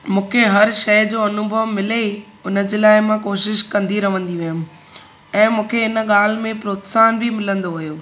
मूंखे हर शइ जो अनुभव मिले ई उन जे लाइ मां कोशिशि कंदी रहंदी हुयमि ऐं मूंखे इन ॻाल्हि में प्रोत्साहन बि मिलंदो हुयो